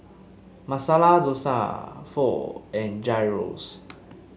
Masala Dosa Pho and Gyros